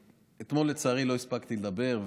לצערי אתמול לא הספקתי לדבר,